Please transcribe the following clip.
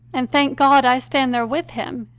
and, thank god, i stand there with him,